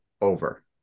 over